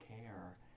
care